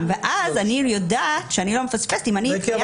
ואז אני יודעת שאני לא מפספסת --- בקי,